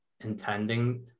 intending